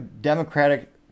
Democratic